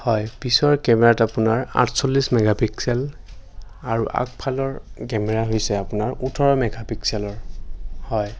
হয় পিছৰ কেমেৰাত আপোনাৰ আঠচল্লিছ মেগাপিক্সেল আৰু আগফালৰ কেমেৰা হৈছে আপোনাৰ ওঠৰ মেগাপিক্সেলৰ হয়